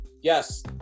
yes